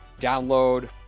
Download –